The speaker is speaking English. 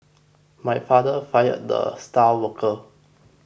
my father fired the star worker